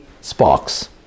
Sparks